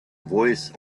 voice